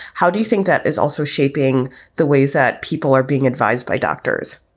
how do you think that is also shaping the ways that people are being advised by doctors?